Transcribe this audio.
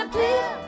Please